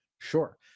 Sure